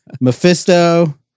Mephisto